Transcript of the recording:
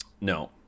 No